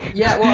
yeah.